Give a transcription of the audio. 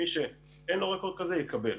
מי שאין לו רקורד כזה יקבל.